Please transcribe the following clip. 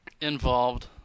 involved